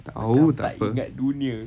tahu takpe